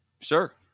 sure